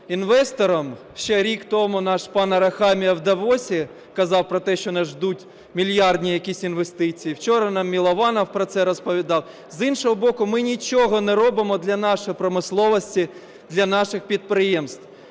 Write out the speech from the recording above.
інвесторам. Ще рік тому наш пан Арахамія в Давосі казав про те, що нас чекають мільярдні якісь інвестиції, вчора нам Милованов про це розповідав. З іншого боку, ми нічого не робимо для нашої промисловості, для наших підприємств.